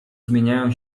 zmieniają